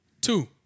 Two